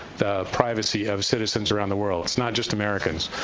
the privacy of citizens around the world, it's not just americans.